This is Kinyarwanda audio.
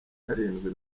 karindwi